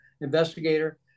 investigator